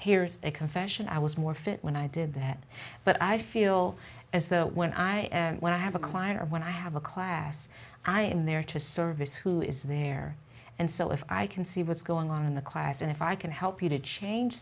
here's a confession i was more fit when i did that but i feel as though when i when i have a client or when i have a class i am there to service who is there and so if i can see what's going on in the class and if i can help you to change